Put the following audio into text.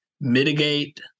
mitigate